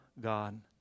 God